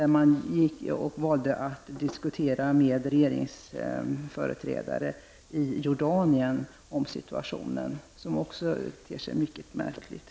Regeringen valde där att diskutera situationen med regeringsföreträdare i Jordanien. Det ter sig också mycket märkligt.